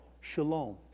Shalom